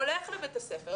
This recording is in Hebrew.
הולך לבית הספר,